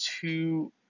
two